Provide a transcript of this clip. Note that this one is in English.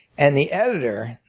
and the editor,